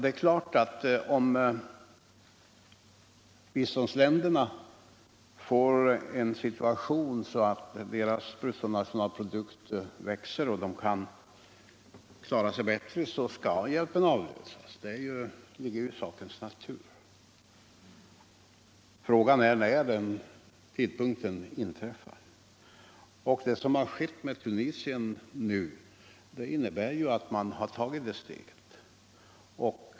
Det är klart att om biståndsländerna får en annan situation genom att deras bruttonationalprodukt växer och de kan klara sig bättre, så skall hjälpen avlösas. Det ligger i sakens natur. Frågan är bara när den tidpunkten inträffar. Det som nu har skett med Tunisien innebär att det steget är taget.